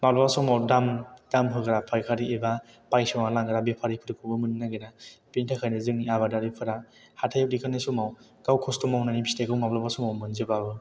माब्लाबा समाव दाम दाम होग्रा फायखारि एबा बायसना लांग्रा बेफारिफोरखौबो मोननो नागिरा बेनि थाखायनो जोंनि आबादिफोरा हाथाइयाव दिखांनाय समाव गाव खस्थ' मावनायनि फिथाइखौ माब्लाबा समाव मोनजोबाबो